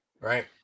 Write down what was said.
Right